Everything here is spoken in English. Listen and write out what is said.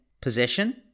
possession